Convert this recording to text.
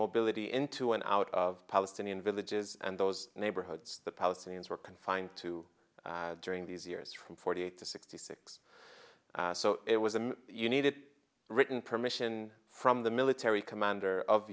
mobility into and out of palestinian villages and those neighborhoods the palestinians were confined to during these years from forty eight to sixty six so it was a you needed written permission from the military commander of